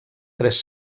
tres